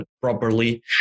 properly